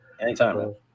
Anytime